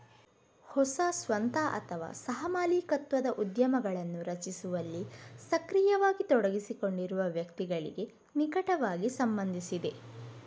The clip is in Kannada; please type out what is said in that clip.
ಹೊಸ ಸ್ವಂತ ಅಥವಾ ಸಹ ಮಾಲೀಕತ್ವದ ಉದ್ಯಮಗಳನ್ನು ರಚಿಸುವಲ್ಲಿ ಸಕ್ರಿಯವಾಗಿ ತೊಡಗಿಸಿಕೊಂಡಿರುವ ವ್ಯಕ್ತಿಗಳಿಗೆ ನಿಕಟವಾಗಿ ಸಂಬಂಧಿಸಿದೆ